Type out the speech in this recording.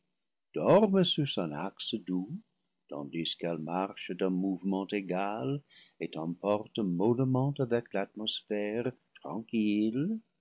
dorme sur son axe doux tandis qu'elle marche d'un mouvement égal et t'em porte mollement avec l'atmosphère tranquille